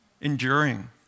enduring